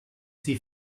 sie